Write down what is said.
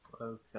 Okay